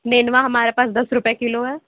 نینوا ہمارے پاس دس روپئے کلو ہے